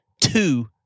Two